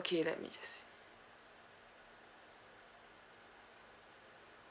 okay let me just